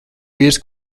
vīrs